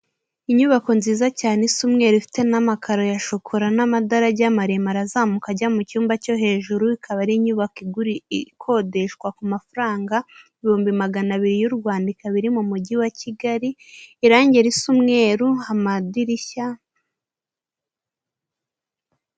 Inyubako nziza cyane isa umweru, ifite n'amakaro ya shokora n'amadarage maremare azamuka ajya mu cyumba cyo hejuru, ikaba ari inyubako ikodeshwa ku mafaranga ibihumbi magana abiri y'u Rwanda ikaba iri mu mujyi wa Kigali irangi risa umweru, amadirishya.